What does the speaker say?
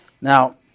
Now